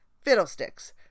Fiddlesticks